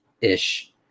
ish